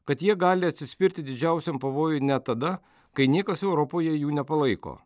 kad jie gali atsispirti didžiausiam pavojui net tada kai niekas europoje jų nepalaiko